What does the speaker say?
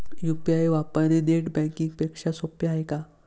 UPI वापरणे net banking पेक्षा सोपे आहे का?